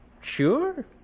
Sure